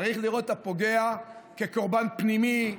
צריך לראות את הפוגע כקורבן פנימי,